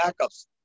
backups